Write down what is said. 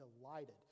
delighted